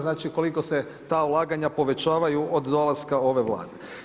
Znači koliko se ta ulaganja povećavaju od dolaska ove Vlade.